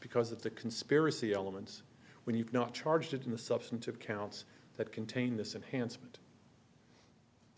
because of the conspiracy elements when you've not charged in the substantive counts that contain this and handsome and